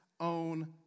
own